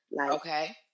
Okay